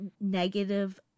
negative